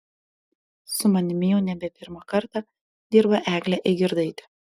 su manimi jau nebe pirmą kartą dirba eglė eigirdaitė